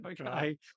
Okay